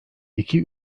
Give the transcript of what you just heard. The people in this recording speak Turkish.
i̇ki